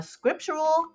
Scriptural